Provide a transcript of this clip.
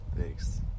Thanks